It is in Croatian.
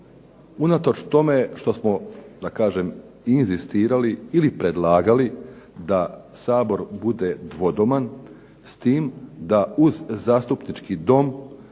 unatoč tome što smo da kažem inzistirali ili predlagali da Sabor bude dvodoman, s tim da uz Zastupnički dom